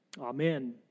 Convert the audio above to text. Amen